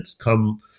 come